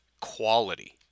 quality